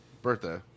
Birthday